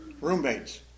roommates